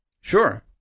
Sure